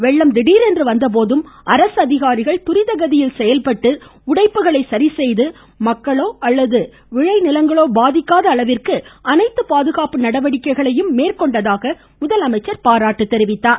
வெள்ளம் திடீரென்று வந்தபோதும் அரசு அதிகாரிகள் துரிதகதியில் செயல்பட்டு உடைப்புகளை சரிசெய்து மக்களோ விளைநிலங்களோ பாதிக்காத அளவிற்கு அனைத்து பாதுகாப்பு நடவடிக்கைகளும் எடுக்கப்பட்டு வருவதாக முதலமைச்சர் தெரிவித்தார்